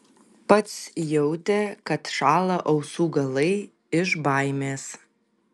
pats jautė kad šąla ausų galai iš baimės